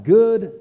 good